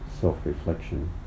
self-reflection